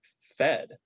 fed